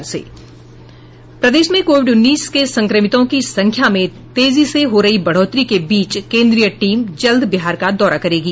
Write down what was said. प्रदेश में कोविड उन्नीस के संक्रमितों की संख्या में तेजी से हो रही बढ़ोतरी के बीच केन्द्रीय टीम जल्द बिहार का दौरा करेगी